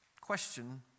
question